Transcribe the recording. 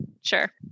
Sure